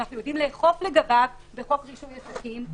אנו יודעים לאכוף לגביו בחוק רישוי עסקים.